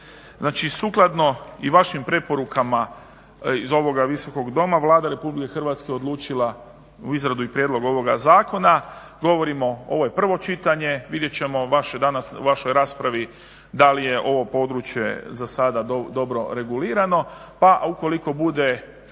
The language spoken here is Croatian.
Znači, sukladno i vašim preporukama iz ovoga Visokog doma, Vlada RH odlučila u izradu i prijedlog ovoga zakona. Govorimo, ovo je prvo čitanje, vidjet ćemo vaše danas, u vašoj raspravi da li je ovo područje za sada dobro regulirano pa u koliko bude